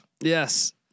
Yes